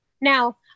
now